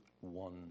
one